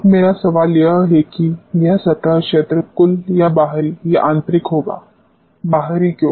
अब मेरा सवाल यह है कि यह सतह क्षेत्र कुल या बाहरी या आंतरिक होगा बाहरी क्यों